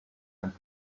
and